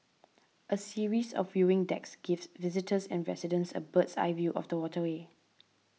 a series of viewing decks gives visitors and residents a bird's eye view of the waterway